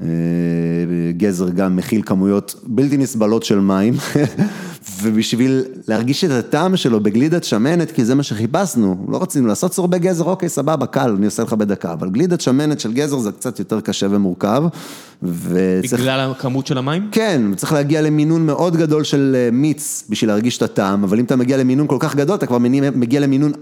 גזר גם מכיל כמויות בלתי נסבלות של מים. ובשביל להרגיש את הטעם שלו בגלידת שמנת, כי זה מה שחיפשנו, לא רצינו לעשות סורבה גזר, אוקיי, סבבה, קל, אני עושה לך בדקה. אבל גלידת שמנת של גזר זה קצת יותר קשה ומורכב, וצריך... בגלל הכמות של המים? כן, צריך להגיע למינון מאוד גדול של מיץ בשביל להרגיש את הטעם, אבל אם אתה מגיע למינון כל כך גדול, אתה כבר מגיע למינון...